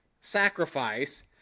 sacrifice